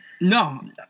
No